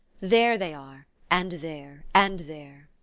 there they are and there and there.